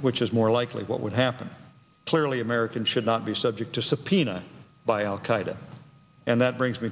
which is more likely what would happen clearly american should not be subject to subpoena by al qaeda and that brings me